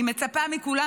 אני מצפה מכולם,